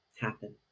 happen